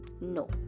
No